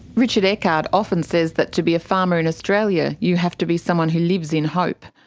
richard eckard often says that to be a farmer in australia you have to be someone who lives in hope.